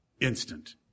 instant